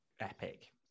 epic